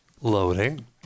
Loading